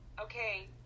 okay